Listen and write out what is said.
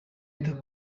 leta